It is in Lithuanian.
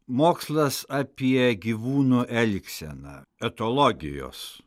mokslas apie gyvūnų elgseną etologijos